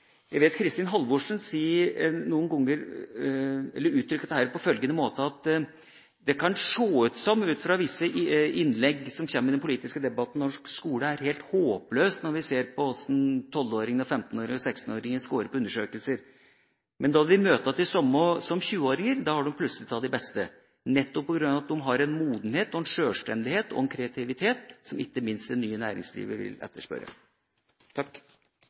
Jeg vet at Kristin Halvorsen uttrykte dette på følgende måte: Det kan ut fra visse innlegg som kommer i den politiske debatten, se ut som om norsk skole er helt håpløs, når vi ser på hvordan 12-åringene, 15-åringene og 16-åringene skårer på undersøkelser. Men når vi møter de samme igjen som 20-åringer, er de plutselig blant de beste, nettopp på grunn av at de har en modenhet, en sjølstendighet og en kreativitet som ikke minst det nye næringslivet vil etterspørre.